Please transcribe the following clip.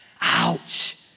ouch